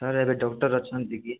sir ଏବେ doctor ଅଛନ୍ତି କି